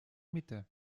mitte